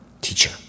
teacher